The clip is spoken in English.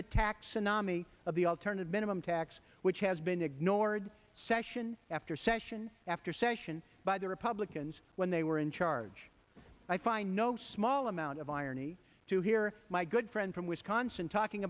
taxonomic of the alternative minimum tax which has been ignored session after session after session by the republicans when they were in charge i find no small amount of irony to hear my good friend from wisconsin talking